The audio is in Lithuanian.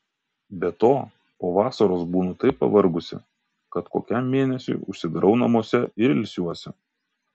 be to po vasaros būnu taip pavargusi kad kokiam mėnesiui užsidarau namuose ir ilsiuosi